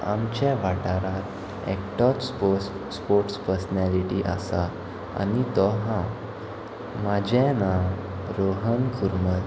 आमच्या वाठारांत एकटोच स्पो स्पोर्ट्स पर्सनेलिटी आसा आनी तो हांव म्हाजें नांव रोहन कुर्मल